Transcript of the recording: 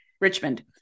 Richmond